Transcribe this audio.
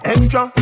Extra